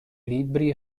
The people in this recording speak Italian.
libri